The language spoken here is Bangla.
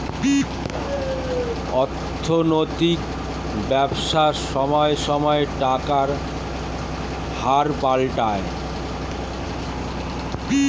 অর্থনৈতিক ব্যবসায় সময়ে সময়ে টাকার হার পাল্টায়